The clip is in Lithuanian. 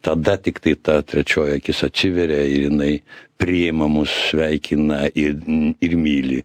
tada tiktai ta trečioji akis atsiveria ir jinai priima mus sveikina ir ir myli